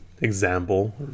example